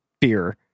beer